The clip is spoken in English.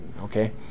okay